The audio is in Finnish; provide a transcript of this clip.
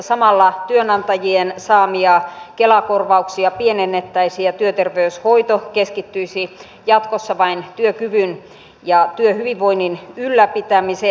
samalla työnantajien saamia kela korvauksia pienennettäisiin ja työterveyshoito keskittyisi jatkossa vain työkyvyn ja työhyvinvoinnin ylläpitämiseen